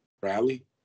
rally